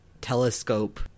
telescope